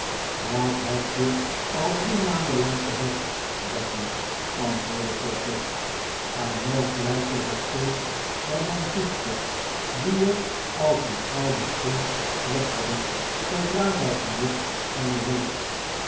dat heb je al drie maanden lang gezegd becky antwoordde sir pitt en nog blijf je maar steeds bij mijn zuster die je als een ouden schoen weggooit zoodra zij genoeg van je heeft